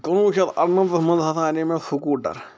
کُنوُہ شٮ۪تھ اَرٕنَمتھس منٛز ہسا اَنے مےٚ سکوٗٹر